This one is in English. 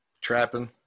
trapping